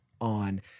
on